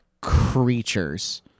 creatures